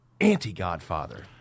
anti-Godfather